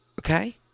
Okay